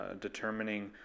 determining